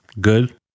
Good